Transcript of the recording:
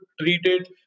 treated